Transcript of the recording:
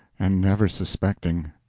and never suspecting.